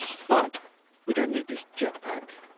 but we don't need this jetpack.